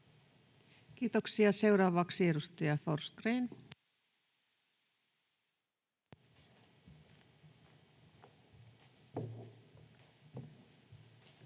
Kiitoksia. — Seuraavaksi edustaja Forsgrén. Arvoisa